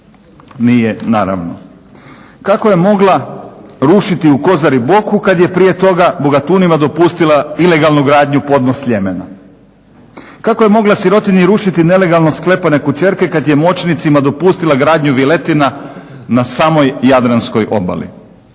Nije naravno. Kako je mogla rušiti u KOrazi Boku kada je prije toga bogatunima dopustila ilegalnu gradnju podno Sljemena? Kako je mogla sirotinji ružiti nelegalno sklepane kućerke kada je moćnicima dopustila granju viletina na samoj jadranskoj obali?